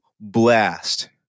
blast